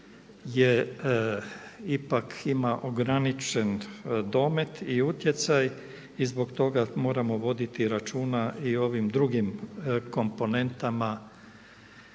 je ipak ograničen domet i utjecaj i zbog toga moramo voditi računa i o ovim drugim komponentama